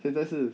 现在是